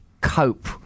cope